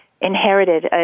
inherited